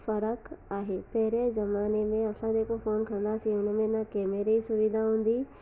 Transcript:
फ़र्क़ु आहे पहिरें ज़माने में असां जेको फ़ोन खणंदा हुआसीं हुन में न केमरे सुविधा हूंदी हुई